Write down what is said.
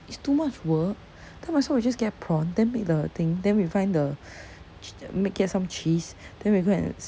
it's too much work then might as well we just get prawn then make the thing then we find the ch~ make it like some cheese then we go and